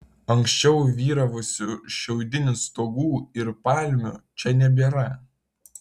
anksčiau vyravusių šiaudinių stogų ir palmių čia nebėra